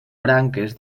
branques